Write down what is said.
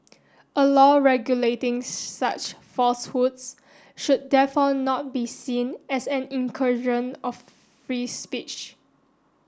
a law regulating such falsehoods should therefore not be seen as an incursion of free speech